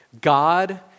God